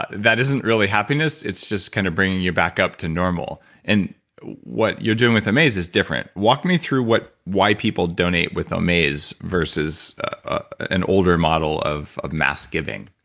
but that isn't really happiness, it's just kind of bringing you back up to normal and what you're doing with omaze is different. walk me through why people donate with omaze versus an older model of of mass giving?